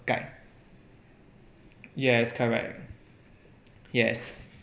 guide yes correct yes